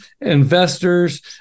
investors